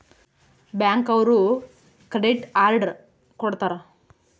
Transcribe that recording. bank ಅವ್ರು credit card ಕೊಡ್ತಾರ